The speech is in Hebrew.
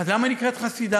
אז למה היא נקראת חסידה?